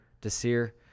Desir